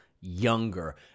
younger